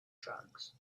drugs